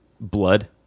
blood